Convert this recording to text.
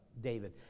david